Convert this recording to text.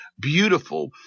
beautiful